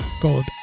God